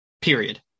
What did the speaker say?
Period